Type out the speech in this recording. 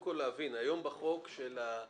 נציג המשטרה חייב להיות מתואם שהוא מגיע לשימוע.